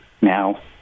Now